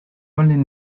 valen